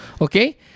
Okay